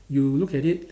you look at it